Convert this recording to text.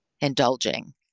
indulging